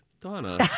Donna